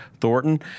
Thornton